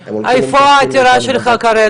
איפה העתירה שלך עומדת כרגע?